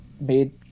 made